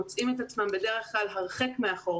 מוצאים את עצמם בדרך כלל הרחק מאחור,